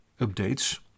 updates